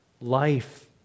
life